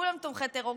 כולם תומכי טרור,